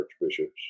archbishops